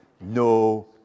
no